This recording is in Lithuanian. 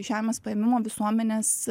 žemės paėmimo visuomenės